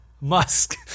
Musk